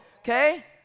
okay